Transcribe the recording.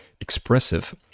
expressive